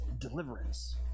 deliverance